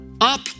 up